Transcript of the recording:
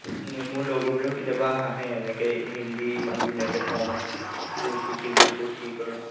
মোৰ লগৰবোৰেও কেতিয়াবা হাঁহে এনেকৈ হিন্দী ইমান ধুনীয়াকৈ কওঁ ক'ত শিকিলে ক'ত কি কৰ